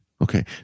Okay